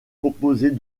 composées